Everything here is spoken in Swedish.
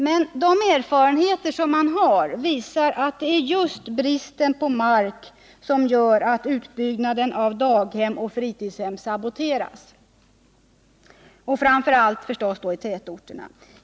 Men de erfarenheter som man har visar att det är just bristen på mark som gör att utbyggnaden av daghem och fritidshem saboteras, framför allt i tätorterna.